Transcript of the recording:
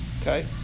Okay